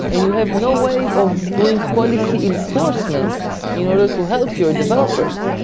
and you have no way of doing policy enforcement in order to help your developers.